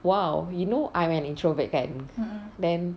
!wow! you know I'm an introvert kan then